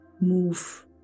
move